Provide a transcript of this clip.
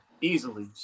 easily